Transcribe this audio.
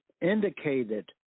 indicated